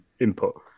input